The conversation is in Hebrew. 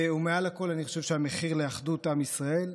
ומעל לכול, אני חושב שהמחיר לאחדות עם ישראל,